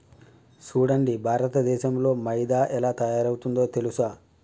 సూడండి భారతదేసంలో మైదా ఎలా తయారవుతుందో తెలుసా